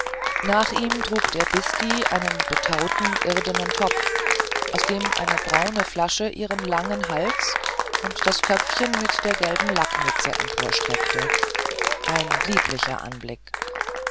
nach ihm trug der bhisti einen betauten irdenen topf aus dem eine braune flasche ihren langen hals und das köpfchen mit der gelben lackmütze emporstreckte ein lieblicher anblick